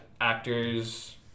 actors